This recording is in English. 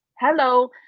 Hello